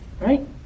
right